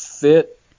fit